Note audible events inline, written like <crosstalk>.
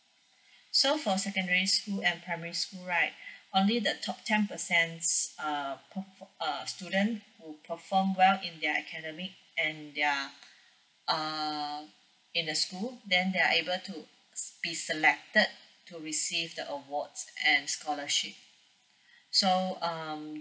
<breath> so for secondary school and primary school right <breath> only the top ten percent s~ uh perfor~ err student would perform well in their academic and their <breath> err in the school then they are able s~ to be selected to receive the awards and scholarship <breath> so um